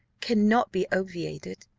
cannot be obviated,